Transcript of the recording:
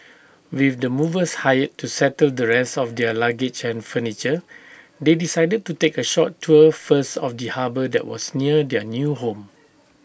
with the movers hired to settle the rest of their luggage and furniture they decided to take A short tour first of the harbour that was near their new home